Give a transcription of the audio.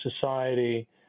society